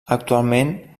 actualment